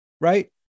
Right